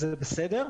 זה בסדר,